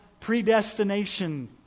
predestination